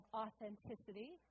authenticity